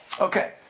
Okay